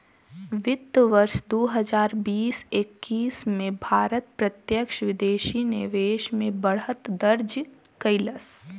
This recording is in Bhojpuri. वित्त वर्ष दू हजार बीस एक्कीस में भारत प्रत्यक्ष विदेशी निवेश में बढ़त दर्ज कइलस